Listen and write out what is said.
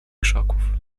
krzaków